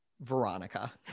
veronica